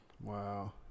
Wow